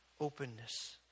openness